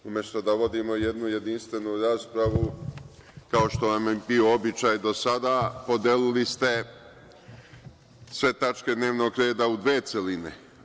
Umesto da vodimo jednu jedinstvenu raspravu, kao što vam je bio običaj do sada, podelili ste sve tačke dnevnog reda u dve celine.